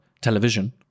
television